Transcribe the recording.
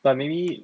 but maybe